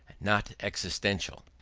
not existential.